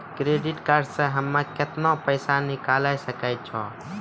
Credit card से हम्मे केतना पैसा निकाले सकै छौ?